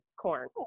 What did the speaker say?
corn